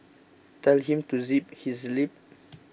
tell him to zip his lip